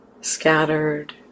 Scattered